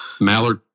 mallard